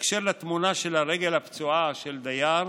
בקשר לתמונה של הרגל הפצועה של דייר